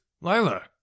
Lila